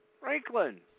Franklin